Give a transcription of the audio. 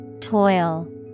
Toil